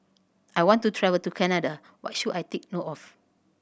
I want to travel to Canada What should I take note of